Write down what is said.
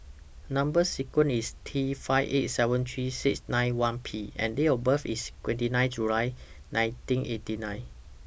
Number sequence IS T five eight seven three six nine one P and Date of birth IS twenty nine July nineteen eighty nine